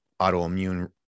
autoimmune